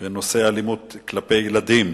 בנושא אלימות כלפי ילדים,